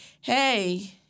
hey